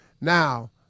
Now